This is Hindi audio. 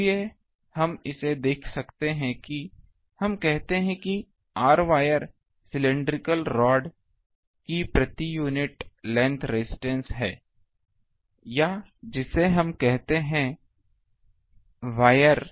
इसलिए हम इसे देख सकते हैं हम कहते हैं कि rwire सिलिंड्रिकल रॉड की प्रति यूनिट लेंथ रजिस्टेंस है या जिसे हम इसे कहते हैं वायर